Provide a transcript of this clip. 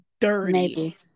dirty